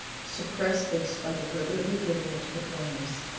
suppress this by deliberately giving it to the flames,